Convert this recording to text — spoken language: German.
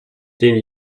den